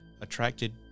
attracted